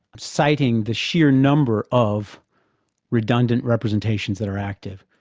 citing the sheer number of redundant representations that are active.